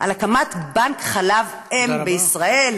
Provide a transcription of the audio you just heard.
להקמת בנק חלב אם בישראל,